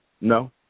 No